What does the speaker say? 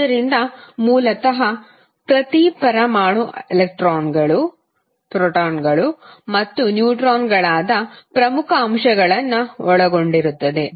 ಆದ್ದರಿಂದ ಮೂಲತಃ ಪ್ರತಿ ಪರಮಾಣು ಎಲೆಕ್ಟ್ರಾನ್ಗಳು ಪ್ರೋಟಾನ್ಗಳು ಮತ್ತು ನ್ಯೂಟ್ರಾನ್ಗಳಾದ 3 ಪ್ರಮುಖ ಅಂಶಗಳನ್ನು ಒಳಗೊಂಡಿರುತ್ತದೆ